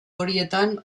horietan